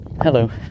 Hello